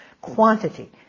quantity